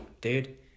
dude